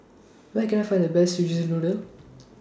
Where Can I Find The Best Szechuan Noodle